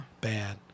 Bad